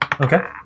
Okay